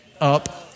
up